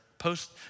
post